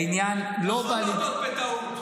העניין לא בא --- אתה יכול להודות בטעות,